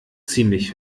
ziemlich